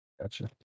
Gotcha